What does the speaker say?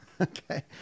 okay